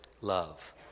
love